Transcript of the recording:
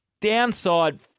Downside